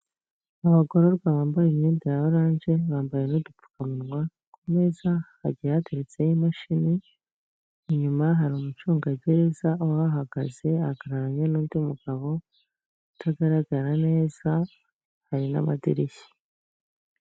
Abagororwa bambaye imyenda ya orange bambara n'udupfukamunwa, ku meza hajya hatetseho imashini, inyuma hari umucungagereza uhagaze ahagararanye n'undi mugabo utagaragara neza hari n'amadirishya.